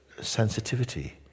sensitivity